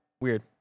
Weird